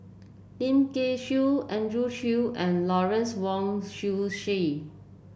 Lim Kay Siu Andrew Chew and Lawrence Wong Shyun Tsai